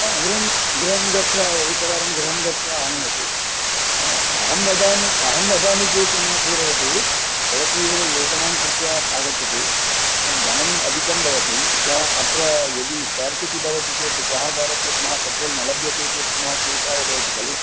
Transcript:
हा गृहं गत्वा एकवारं गृहं गत्वा आनयतु आ अहं वदामि अहं वदामि चेत् न पूरयतु तदपि योजनां कृत्वा आगच्छतु धनम् अधिकं भवति श्वः अत्र यदि स्ट्रैक् इति भवति श्वः आरभ्य पुनः पेट्रोल् न लभ्यते चेत् पुनः क्लेशः भवति खलु